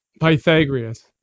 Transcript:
pythagoras